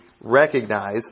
recognize